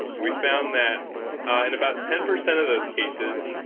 we found that ah in about ten percent of those cases,